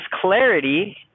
clarity